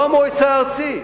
זה לא המועצה הארצית,